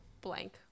blank